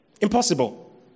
Impossible